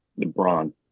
LeBron